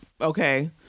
Okay